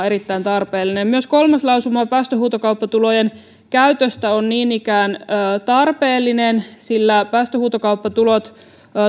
erittäin tarpeellinen myös kolmas lausuma päästöhuutokauppatulojen käytöstä on niin ikään tarpeellinen sillä päästöhuutokauppatulot